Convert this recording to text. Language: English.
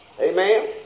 Amen